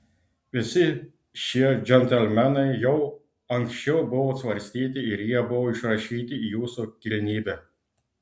visi šie džentelmenai jau anksčiau buvo svarstyti ir jie buvo išrašyti jūsų kilnybe